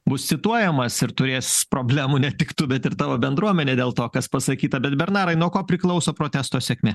bus cituojamas ir turės problemų ne tik tu bet ir tavo bendruomenė dėl to kas pasakyta bet bernarai nuo ko priklauso protesto sėkmė